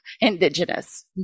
indigenous